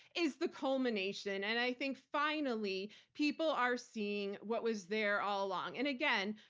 is the culmination. and i think, finally, people are seeing what was there all along. and again,